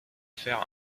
faire